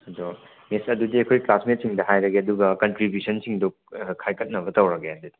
ꯑꯗꯣ ꯃꯤꯁ ꯑꯗꯨꯗꯤ ꯑꯩꯈꯣꯏ ꯀ꯭ꯂꯥꯥꯁꯃꯦꯠꯁꯤꯡꯗ ꯍꯥꯏꯔꯒꯦ ꯑꯗꯨꯒ ꯀꯟꯇ꯭ꯔꯤꯕꯤꯌꯨꯁꯟꯁꯤꯡꯗꯨ ꯈꯥꯏꯒꯠꯅꯕ ꯇꯧꯔꯒꯦ ꯑꯗꯨꯗꯤ